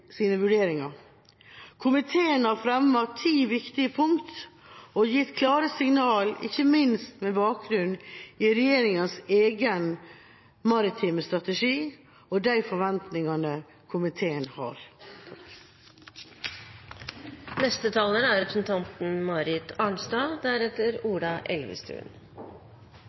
vurderinger. Komiteen har fremmet ti viktige punkter og gitt klare signaler ikke minst med bakgrunn i regjeringas egen maritime strategi og de forventingene komiteen har. Det er